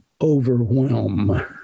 Overwhelm